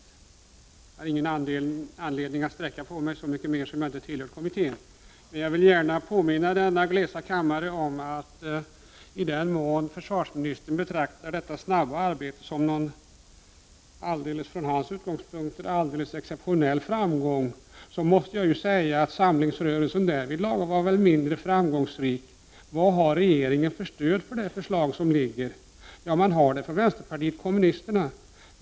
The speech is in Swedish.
Jag har ingen anledning att sträcka på mig, så mycket mer som jag inte tillhör kommittén, men jag vill gärna påminna denna glesa kammare om att i den mån försvarsministern betraktar detta snabba arbete som någon från hans utgångpunkt alldeles exceptionell framgång, måste jag säga att framgångsrörelsen därvidlag var mindre framgångsrik. Vad har regeringen för stöd för det föreliggande förslaget? Jo, man har stöd från vänsterpartiet kommunisterna.